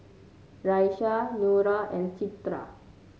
Raisya Nura and Citra